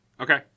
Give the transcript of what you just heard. Okay